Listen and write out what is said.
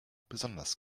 besonders